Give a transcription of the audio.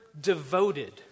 devoted